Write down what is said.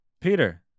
Peter